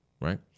right